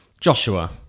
Joshua